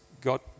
got